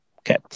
okay